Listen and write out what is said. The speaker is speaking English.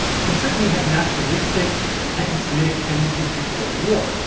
he certainly had nationalistic and anti-semitic tendencies before the war,